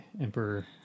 Emperor